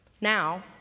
Now